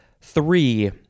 Three